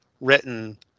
written